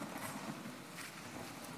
(חברי הכנסת מכבדים בקימה את זכרם של